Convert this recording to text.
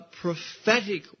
prophetic